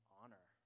honor